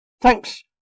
Thanks